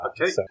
Okay